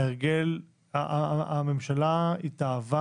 הממשלה התאהבה